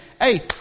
Hey